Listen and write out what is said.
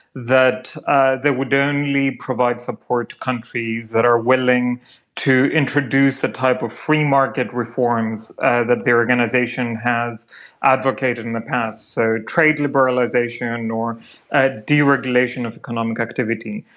that ah they would only provide support to countries that are willing to introduce a type of free-market reforms that the organisation has advocated in the past, so trade liberalisation or ah deregulation of economic activity.